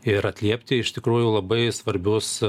ir atliepti iš tikrųjų labai svarbius